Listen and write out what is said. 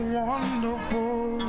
wonderful